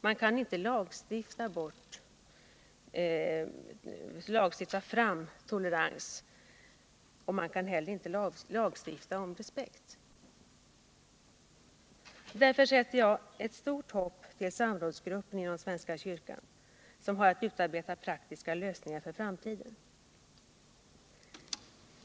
Man kan inte lagstifta fram tolerans, man kan inte heller lagstifta om respekt. Därför sätter jag stort hopp till samrådsgruppen inom svenska kyrkan som har att utarbeta praktiska lösningar för framtiden.